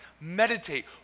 meditate